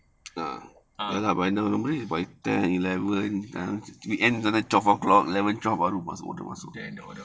then the order